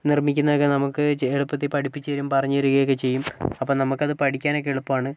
നിർമ്മിക്കുന്നതൊക്കെ നമ്മൾക്ക് എളുപ്പത്തിൽ പഠിപ്പിച്ചുതരും പറഞ്ഞു തരികയൊക്കെ ചെയ്യും അപ്പോൾ നമുക്കത് പഠിക്കാനൊക്കെ എളുപ്പമാണ്